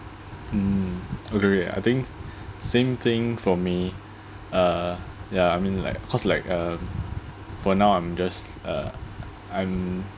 mm agree I think same thing for me uh ya I mean like of course like uh for now I'm just uh I'm